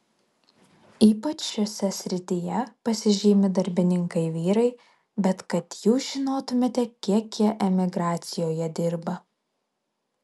ypač šiose srityje pasižymi darbininkai vyrai bet kad jūs žinotumėte kiek jie emigracijoje dirba